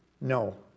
No